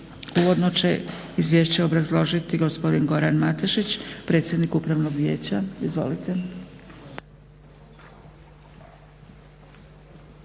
Uvodno će izvješće obrazložiti gospodin Goran Matešić, predsjednik upravnog vijeća. Izvolite.